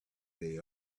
they